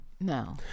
No